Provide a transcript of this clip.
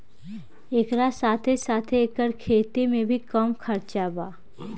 एकरा साथे साथे एकर खेती में भी कम खर्चा बा